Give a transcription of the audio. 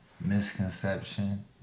misconception